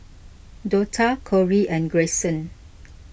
Dortha Kori and Greyson